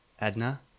Edna